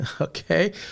Okay